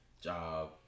job